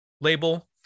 label